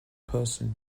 person